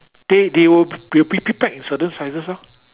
they they will be be pre-packed in certain sizes lor